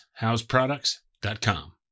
houseproducts.com